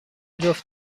جفت